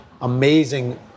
amazing